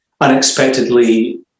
unexpectedly